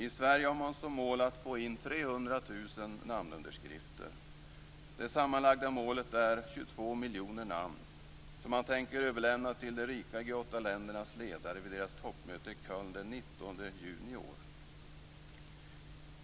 I Sverige har man som mål att få in 300 000 namnunderskrifter. Det sammanlagda målet är 22 miljoner namn som man tänker överlämna till de rika G 8-ländernas ledare vid deras toppmöte i Köln den 19 juni i år.